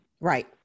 Right